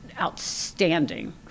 outstanding